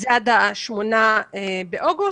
זה עד ה-8 באוגוסט.